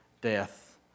death